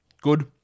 good